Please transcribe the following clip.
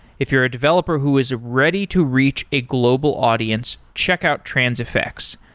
if you're a developer who is ready to reach a global audience, check out transifex.